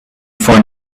for